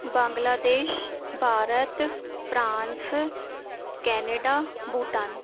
Bangladesh Bharat France Canada Bhutan